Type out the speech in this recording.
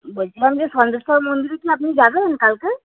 বলছিলাম যে সন্দেশ্বর মন্দিরে কি আপনি যাবেন কালকে